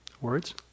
words